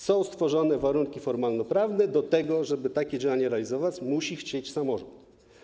Są stworzone warunki formalnoprawne do tego, a żeby takie działania realizować, musi chcieć tego samorząd.